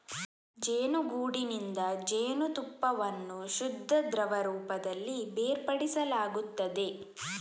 ಜೇನುಗೂಡಿನಿಂದ ಜೇನುತುಪ್ಪವನ್ನು ಶುದ್ಧ ದ್ರವ ರೂಪದಲ್ಲಿ ಬೇರ್ಪಡಿಸಲಾಗುತ್ತದೆ